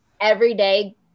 everyday